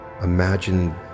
Imagine